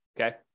okay